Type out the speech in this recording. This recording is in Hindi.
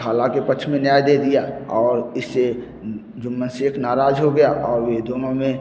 ख़ाला के पक्ष में न्याय दे दिया और इसे जुम्मन शैख़ नाराज़ हो गया और वे दोनों में